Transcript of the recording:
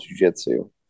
jujitsu